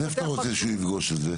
אז איפה אתה רוצה שהוא יפגוש את זה?